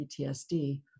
PTSD